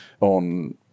on